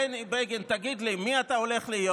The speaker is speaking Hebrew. בני בגין, תגיד לי, מי אתה הולך להיות?